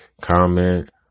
comment